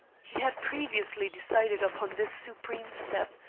he had previously decided upon this supreme step,